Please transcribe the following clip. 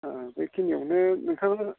बेखिनियावनो नोंथां